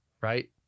right